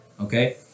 Okay